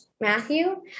matthew